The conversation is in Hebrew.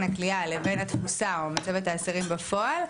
הכליאה לבין התפוסה או מצבת האסירים בפועל,